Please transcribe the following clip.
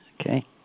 Okay